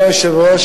אדוני היושב-ראש,